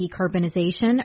decarbonization